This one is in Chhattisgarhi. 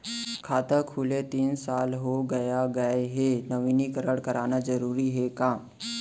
खाता खुले तीन साल हो गया गये हे नवीनीकरण कराना जरूरी हे का?